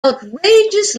outrageous